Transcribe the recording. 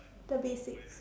the basics